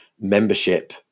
membership